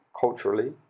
culturally